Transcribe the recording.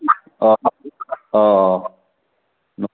অ' অ'